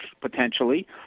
potentially